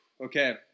Okay